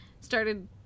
started